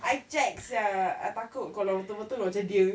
I check sia I takut kalau betul-betul macam dia